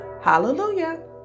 Hallelujah